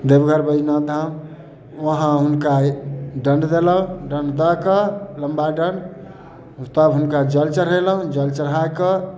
देवघर बैद्यनाथ धाम उहाँ हुनका डण्ड देलहुॅं डण्ड दऽ कऽ लम्बा डण्ड तब हुनका जल चढ़ेलहुॅं जल चढ़ाकऽ